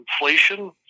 inflation